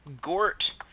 Gort